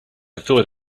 thought